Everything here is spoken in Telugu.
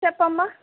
చెప్పమ్మ